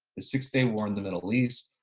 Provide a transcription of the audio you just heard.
the six day war in the middle east,